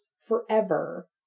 forever